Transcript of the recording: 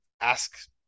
ask